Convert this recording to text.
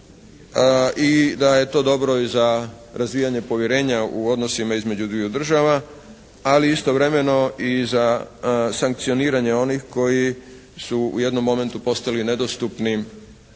i da je to dobro i za razvijanje povjerenja u odnosu između dviju država ali istovremeno i za sankcioniranje onih koji su u jednom momentu postali nedostupni